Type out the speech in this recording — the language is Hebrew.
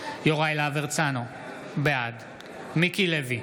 יוראי להב הרצנו, בעד מיקי לוי,